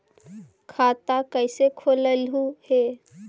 खाता कैसे खोलैलहू हे?